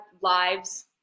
lives